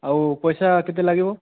ଆଉ ପଇସା କେତେ ଲାଗିବ